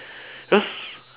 because